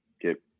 get